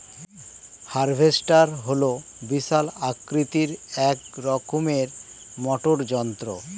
harvester হল বিশাল আকৃতির এক রকমের মোটর যন্ত্র